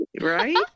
Right